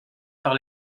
par